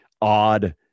odd